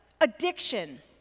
Addiction